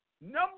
number